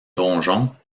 donjon